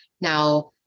Now